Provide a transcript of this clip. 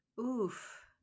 Oof